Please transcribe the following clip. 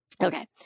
Okay